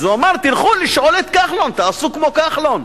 אז הוא אמר: תלכו לשאול את כחלון, תעשו כמו כחלון.